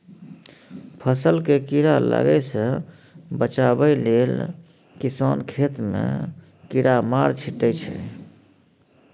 फसल केँ कीड़ा लागय सँ बचाबय लेल किसान खेत मे कीरामार छीटय छै